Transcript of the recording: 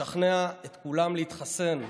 לשכנע את כולם להתחסן.